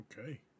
Okay